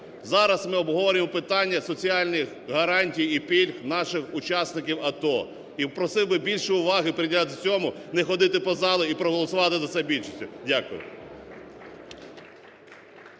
зараз ми обговорюємо питання соціальних гарантій і пільг наших учасників АТО. І просив би більше уваги приділяти цьому, не ходити по залу і проголосувати за це більшістю. Дякую.